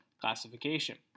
classification